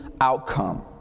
outcome